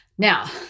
Now